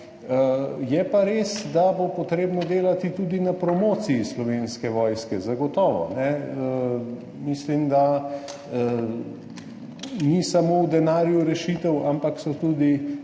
Je pa res, da bo treba delati tudi na promociji Slovenske vojske, zagotovo. Mislim, da rešitev ni samo v denarju, ampak so tudi